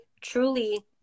truly